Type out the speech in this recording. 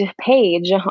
page